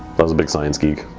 but the big science geek.